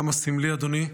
כמה סמלי, אדוני,